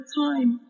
time